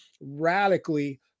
radically